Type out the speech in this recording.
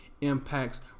impacts